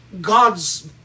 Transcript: God's